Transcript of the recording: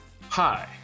Hi